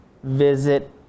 visit